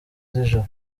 z’ijoro